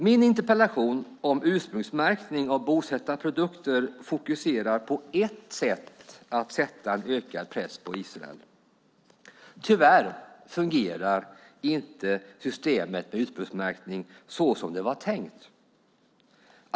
Min interpellation om ursprungsmärkning av bosättarprodukter fokuserar på ett sätt att sätta ökad press på Israel. Tyvärr fungerar inte systemet med ursprungsmärkning som det var tänkt.